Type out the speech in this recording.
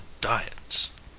diets